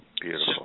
Beautiful